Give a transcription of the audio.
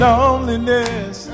Loneliness